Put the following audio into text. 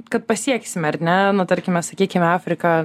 kad pasieksime ar ne nu tarkime sakykime afrika